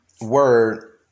word